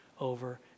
over